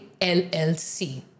LLC